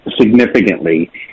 significantly